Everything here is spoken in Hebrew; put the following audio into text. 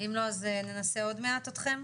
אם לא, אז ננסה עוד מעט אתכם,